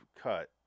cut